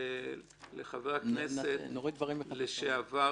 לחבר הכנסת לשעבר